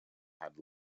had